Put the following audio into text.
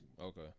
Okay